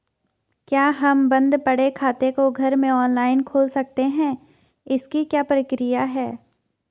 क्या हम बन्द पड़े खाते को घर में ऑनलाइन खोल सकते हैं इसकी क्या प्रक्रिया है?